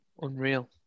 Unreal